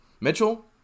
Mitchell